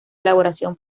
elaboración